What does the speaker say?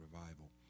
revival